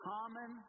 common